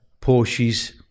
Porsche's